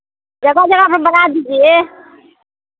जब से बना के दीजिए